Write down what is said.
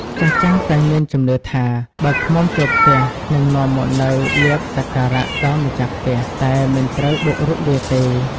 ចាស់ៗ តែងមានជំនឿថា បើឃ្មុំចូលផ្ទះ និងនាំមកនូវលាភសក្ការៈដល់ម្ចាស់ផ្ទះ តែមិនត្រូវបុករុកវាទេ។